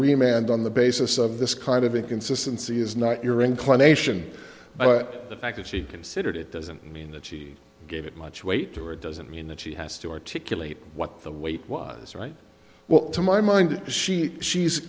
and on the basis of this kind of inconsistency is not your inclination but the fact that she considered it doesn't mean that she gave it much weight or it doesn't mean that she has to articulate what the weight was right well to my mind she she's